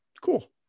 Cool